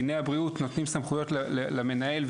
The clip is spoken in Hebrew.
נותנים סמכויות למנהל,